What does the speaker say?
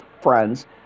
friends